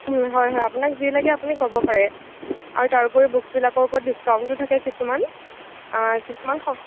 হয় হয় আপোনাক যি লাগে আপুনি ক'ব পাৰে আৰু তাৰোপৰি বুকচবিলাকৰ ওপৰত ডিস্কাউণ্টো থাকে কিছুমান কিছুমান